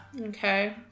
Okay